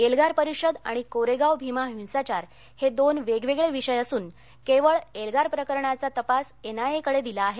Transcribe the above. एल्गार परिषद आणि कोरेगाव भीमा हिसाचार हे दोन वेगवेगळे विषय असून केवळ एल्गार प्रकरणाचा तपास एन आय ए कडे दिला आहे